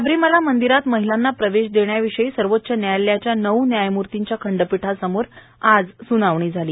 शबरीमाला मंदिरात महिलांना प्रवेश देण्याविषयी सर्वोच्च न्यायालयाच्या नऊ न्यायमूर्तीच्या खंडपीठासमोर आज सुनावणी झाली